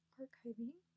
archiving